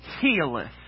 healeth